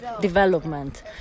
development